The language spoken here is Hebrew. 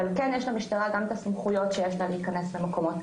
אבל כן יש למשטרה גם את הסמכויות שיש להיכנס למקומות,